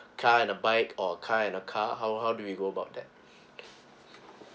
car and a bike or car and a car how how do we go about that